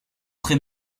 très